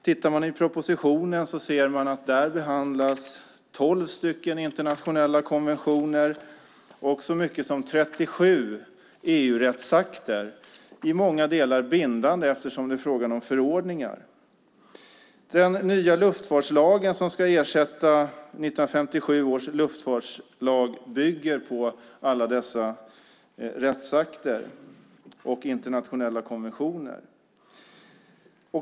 Tittar man i propositionen ser man att där behandlas 12 internationella konventioner och så mycket som 37 EU-rättsakter, i många delar bindande eftersom det är fråga om förordningar. Den nya luftfartslagen som ska ersätta 1957 års luftfartslag bygger på alla dessa rättsakter och internationella konventioner.